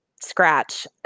scratch